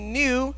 new